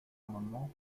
amendement